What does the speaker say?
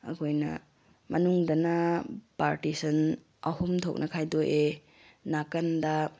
ꯑꯩꯈꯣꯏꯅ ꯃꯅꯨꯡꯗꯅ ꯄꯥꯔꯇꯤꯁꯟ ꯑꯍꯨꯝ ꯊꯣꯛꯅ ꯈꯥꯏꯗꯣꯛꯑꯦ ꯅꯥꯀꯟꯗ